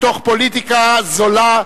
מתוך פוליטיקה זולה,